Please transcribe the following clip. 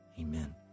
amen